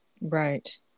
Right